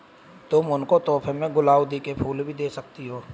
तुम उनको तोहफे में गुलाउदी के फूल भी दे सकती हो